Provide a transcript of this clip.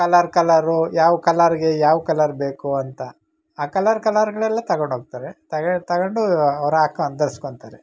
colour colour ಯಾವ ಕಲರ್ಗೆ ಯಾವ ಕಲರ್ ಬೇಕು ಅಂತ ಆ ಕಲರ್ ಕಲರ್ಗಳಲ್ಲೇ ತಗೊಂಡು ಹೋಗ್ತಾರೆ ತಗ ತಗೊಂಡು ಅವ್ರು ಆಕೊಂ ಧರ್ಸ್ಕೊತಾರೆ